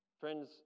Friends